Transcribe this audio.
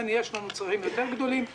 יש לנו צרכים גדולים יותר,